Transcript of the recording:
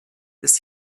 ist